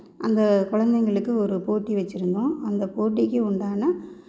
அந்த குழந்தைங்களுக்கு ஒரு போட்டி வெச்சுருந்தோம் அந்த போட்டிக்கு உண்டான